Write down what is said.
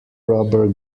rubber